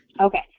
okay